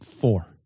four